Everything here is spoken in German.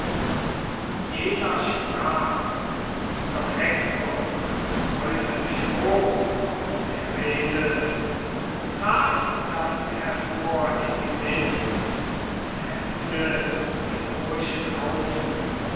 jener sprach's doch hektor erfreute sich hoch ob der rede trat dann hervor in die mitt und hemmte die troischen haufen